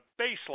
baseline